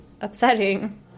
upsetting